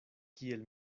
kiel